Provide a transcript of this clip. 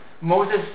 Moses